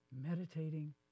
meditating